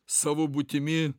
savo būtimi